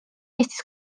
eestis